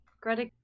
Greta